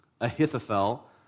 Ahithophel